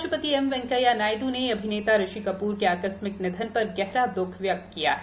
उपराष्ट्रपति एम वेंकैया नायड् ने अभिनेता ऋषि कप्र के आकस्मिक निधन पर गहरा द्रख व्यक्त किया है